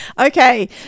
Okay